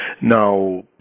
now